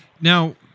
Now